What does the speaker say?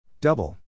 Double